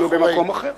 היינו במקום אחר.